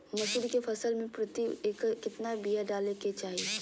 मसूरी के फसल में प्रति एकड़ केतना बिया डाले के चाही?